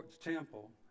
temple